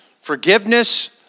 forgiveness